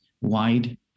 wide